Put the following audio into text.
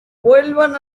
vuelvan